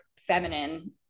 feminine